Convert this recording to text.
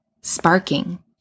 sparking